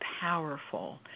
powerful